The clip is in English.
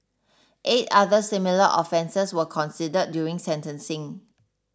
eight other similar offences were considered during sentencing